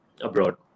abroad